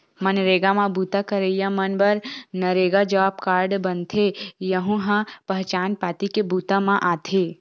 मनरेगा म बूता करइया मन बर नरेगा जॉब कारड बनथे, यहूं ह पहचान पाती के बूता म आथे